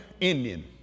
Indian